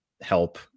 help